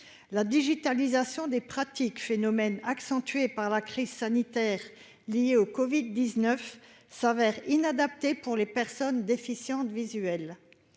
La digitalisation des pratiques, phénomène accentué par la crise sanitaire liée au covid-19, s'avère inadaptée pour les personnes déficientes visuelles.